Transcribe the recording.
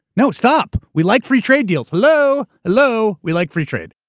no, stop. we like free trade deals. hello, hello. we like free trade.